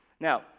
Now